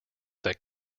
that